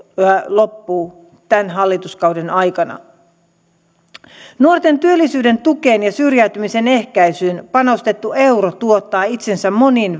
loppuu tämän hallituskauden aikana nuorten työllisyyden tukeen ja syrjäytymisen ehkäisyyn panostettu euro tuottaa itsensä monin